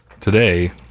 Today